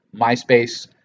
MySpace